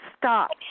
stop